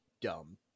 dumb